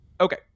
Okay